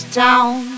town